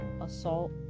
assault